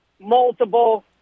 multiple